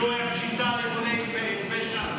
לא הייתה פשיטה על ארגוני פשע?